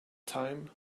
time